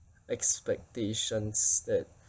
expectations that